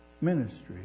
ministry